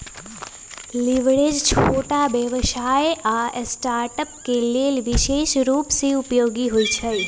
leverage छोट व्यवसाय आऽ स्टार्टअप्स के लेल विशेष रूप से उपयोगी होइ छइ